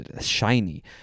shiny